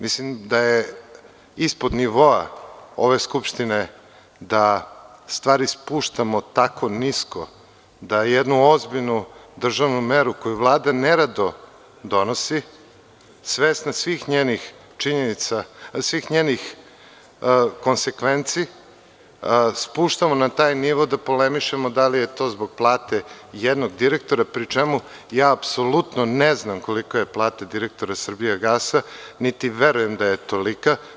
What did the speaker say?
Mislim da je ispod nivoa ove skupštine da stvari spuštamo tako nisko, da jednu ozbiljnu državnu meru koju Vlada nerado donosi, svesna svih njenih konsekvenci, spuštamo na taj nivo da polemišemo da li je to zbog plata jednog direktora, pri čemu ja apsolutno ne znam kolika je plata direktora „Srbijagasa“, niti verujem da je tolika.